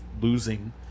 losing